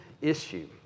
issue